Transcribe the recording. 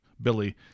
billy